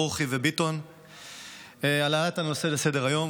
ברוכי וביטון על העלאת הנושא לסדר-היום.